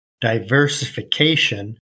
diversification